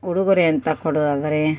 ಉಡುಗೊರೆಯಂತ ಕೊಡೋದಾದ್ರೆ